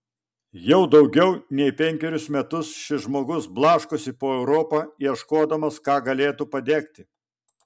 jau daugiau nei penkerius metus šis žmogus blaškosi po europą ieškodamas ką galėtų padegti